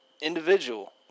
individual